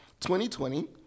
2020